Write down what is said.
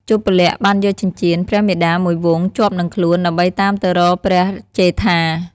ជប្បលក្សណ៍បានយកចិញ្ចៀន ព្រះមាតាមួយវង់ជាប់នឹងខ្លួន ដើម្បីតាមទៅរកព្រះជេដ្ឋា។